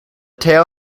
tail